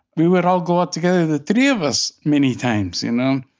we would all go out together, the three of us, many times, you know.